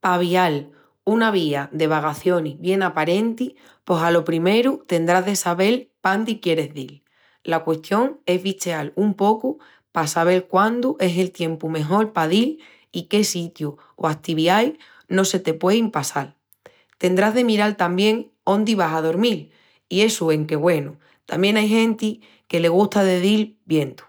Pa avial una vía de vagacionis bien aparenti, pos alo primeru tendrás de sabel pándi quieris dil. La custión es bicheal un pocu pa sabel quándu es el tiempu mejol pa dil i qué sitius o ativiais no se te puein passal. Tendrás de miral tamién ondi vas a dormil i essu enque, güenu, tamién ai genti que le gusta de dil viendu